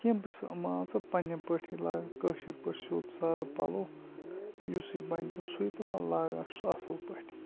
کیںٛہہ بہٕ چھُس یِم مان ژٕ پںٛںہِ پٲٹھۍ لاگان کٲشِرۍ پٲٹھۍ سیوٚد سادٕ پَلَو یُسُے بَنہِ تہٕ سُے تہٕ مگر لاگان چھُس اَصٕل پٲٹھۍ